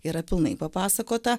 yra pilnai papasakota